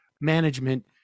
management